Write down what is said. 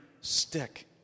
stick